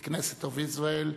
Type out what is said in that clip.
the Knesset of Israel.